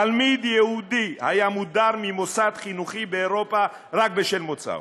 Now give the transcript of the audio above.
תלמיד יהודי היה מודר ממוסד חינוכי באירופה רק בשל מוצאו?